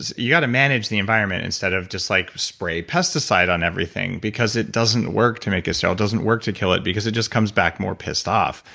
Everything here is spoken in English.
you gotta manage the environment instead of just like spray pesticide on everything because, it doesn't work to make a sale. it doesn't work to kill it because it just comes back more pissed off.